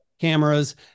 cameras